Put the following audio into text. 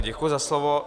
Děkuji za slovo.